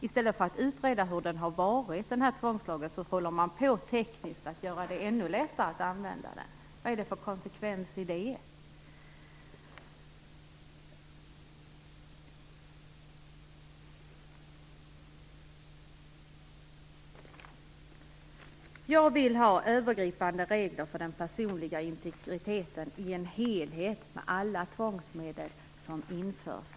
I stället för att utreda hur den här tvångslagen har varit håller man på att göra det tekniskt ännu lättare att använda den. Vad är det för konsekvens i det? Jag vill ha övergripande regler för den personliga integriteten i en helhet som omfattar alla tvångsmedel som införs.